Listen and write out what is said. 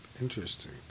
interesting